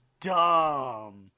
dumb